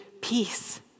peace